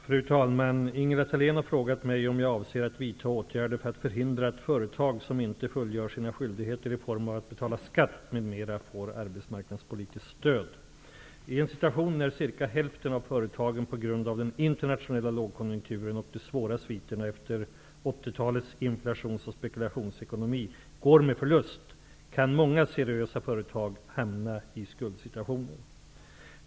Fru talman! Ingela Thalén har frågat mig om jag avser att vidta åtgärder för att förhindra att företag som inte fullgör sina skyldigheter i form av att betala skatt m.m. får arbetsmarknadspolitiskt stöd. I en situation när ca hälften av företagen på grund av den internationella lågkonjunkturen och de svåra sviterna efter 1980-talets inflations och spekulationsekonomi går med förlust kan många seriösa företag hamna i skuldsituationer.